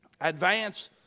advance